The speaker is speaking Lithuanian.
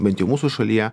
bent jau mūsų šalyje